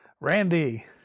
Randy